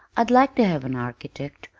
i'd like to have an architect,